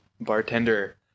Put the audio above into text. bartender